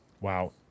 Wow